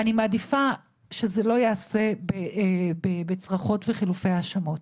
אני מעדיפה שזה לא ייעשה בצרחות וחילופי האשמות.